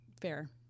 fair